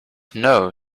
know